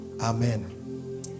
amen